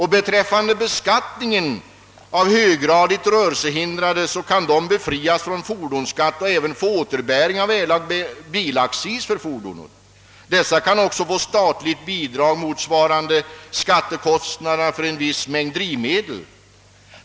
Höggradigt rörelsehindrade kan befrias från fordonsskatt och även få återbäring av erlagd bilaccis. De kan också erhålla statligt bidrag motsvarande skattekostnaderna för viss mängd drivmedel.